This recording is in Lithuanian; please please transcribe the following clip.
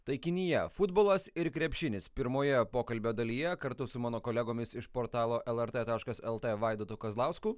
taikinyje futbolas ir krepšinis pirmoje pokalbio dalyje kartu su mano kolegomis iš portalo lrt taškas lt vaidotu kazlausku